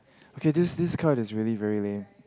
okay this this card is really very lame